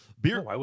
Beer